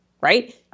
Right